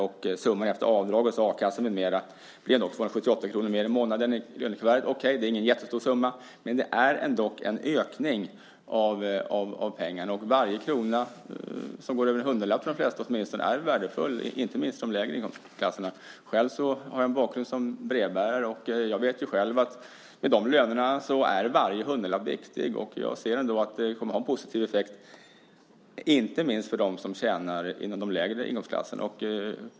Och efter avdrag och a-kassa med mera blir det ändå 278 kr mer i månaden i lönekuvertet. Okej, det är ingen jättestor summa, men det är ändå en ökning av pengarna. Och varje krona som går över en hundralapp är åtminstone för de flesta värdefull, inte minst i de lägre inkomstklasserna. Själv har jag en bakgrund som brevbärare, och jag vet att med de lönerna är varje hundralapp viktig. Och jag ser ändå att det här kommer att ha en positiv effekt, inte minst för dem inom de lägre inkomstklasserna.